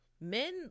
men